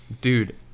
Dude